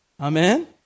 Amen